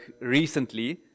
recently